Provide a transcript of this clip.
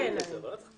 40%